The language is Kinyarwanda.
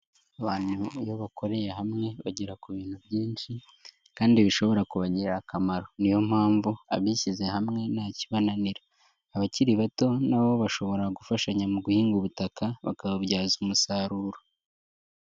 Abantu iyo bakoreye hamwe bagera ku bintu byinshi kandi bishobora kubagirira akamaro. Niyo mpamvu abishyize hamwe ntakibananira. Abakiri bato na bo bashobora gufashanya mu guhinga ubutaka bakabubyaza umusaruro.